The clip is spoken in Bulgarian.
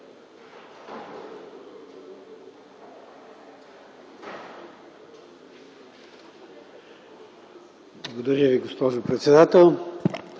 Благодаря, госпожо председател.